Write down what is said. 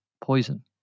poison